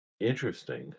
Interesting